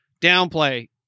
downplay